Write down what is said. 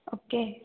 okay